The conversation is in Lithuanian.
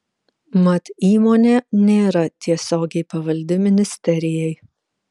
mat įmonė nėra tiesiogiai pavaldi ministerijai